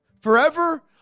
Forever